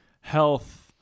health